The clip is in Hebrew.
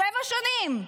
שבע שנים,